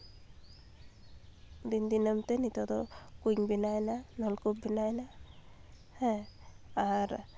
ᱫᱤᱱ ᱫᱤᱱᱟᱹᱢ ᱛᱮ ᱱᱤᱛᱳᱜ ᱫᱚ ᱠᱩᱸᱧ ᱵᱮᱱᱟᱣᱮᱱᱟ ᱱᱚᱞᱠᱩ ᱵᱮᱱᱟᱣᱮᱱᱟ ᱦᱮᱸ ᱟᱨ